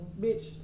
bitch